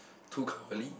too cowardly